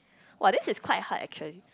!wah! this is quite hard actually